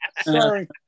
Sorry